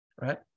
right